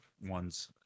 ones